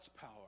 power